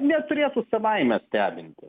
neturėtų savaime stebinti